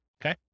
Okay